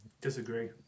disagree